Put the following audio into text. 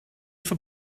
for